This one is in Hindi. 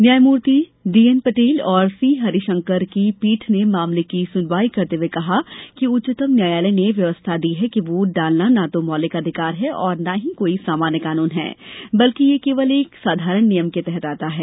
न्यायमूर्ति डी एन पटेल और सी हरिशंकर की पीठ ने मामले की सुनवाई करते हुए कहा कि उच्चतम न्यायालय ने व्यवस्था दी है कि वोट डालना न तो मौलिक अधिकार है और न ही कोई सामान्य कानुन है बल्कि ये केवल एक साधारण नियम के तहत आता है